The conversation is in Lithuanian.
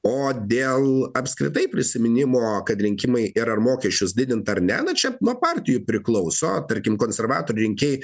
o dėl apskritai prisiminimo kad rinkimai ir ar mokesčius didinti ar ne čia nuo partijų priklauso tarkim konservatorių rinkėjai